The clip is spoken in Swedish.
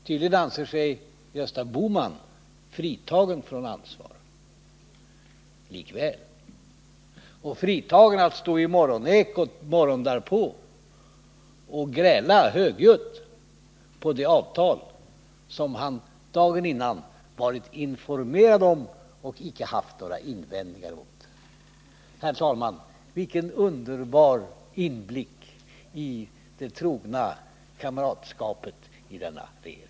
Tydligen anser sig likväl Gösta Bohman fritagen från ansvar och fri att i morgonekot dagen efter uppgörelsen högljutt gräla på det avtal som han dagen innan blivit informerad om och icke hade haft några invändningar mot. Herr talman! Vilken underbar inblick i det trogna kamratskapet i denna regering!